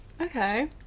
Okay